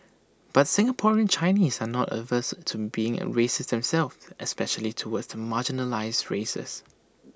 but Singaporean Chinese are not averse to being racist themselves especially towards the marginalised races